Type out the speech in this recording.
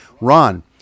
Ron